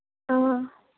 ꯑ